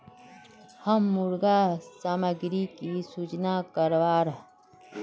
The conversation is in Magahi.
हम मुर्गा सामग्री की सूचना करवार?